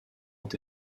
ont